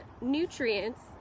nutrients